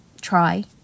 try